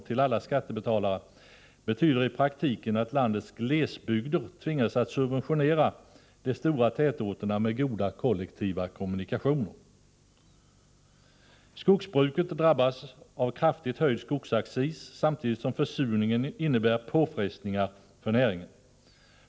till alla skattebetalare betyder i praktiken att landets glesbygder tvingas att subventionera de stora tätorterna, som har goda kollektiva kommunikationer. Skogsbruket drabbas av kraftigt höjd skogsaccis samtidigt som försurningen innebär påfrestningar för näringen.